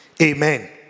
Amen